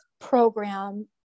program